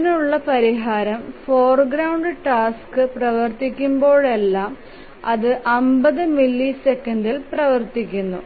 ഇതിനുള്ള പരിഹാരം foreground task പ്രവർത്തിക്കുമ്പോഴെല്ലാം അത് 50 മില്ലിസെക്കൻഡിൽ പ്രവർത്തിക്കുന്നു